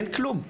אין כלום.